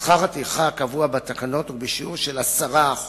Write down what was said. שכר הטרחה הקבוע בתקנות הוא בשיעור של 10%